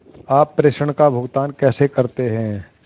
आप प्रेषण का भुगतान कैसे करते हैं?